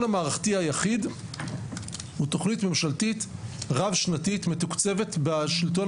המערכתי היחיד הוא תוכנית ממשלתית רב-שנתית מתוקצבת בשלטון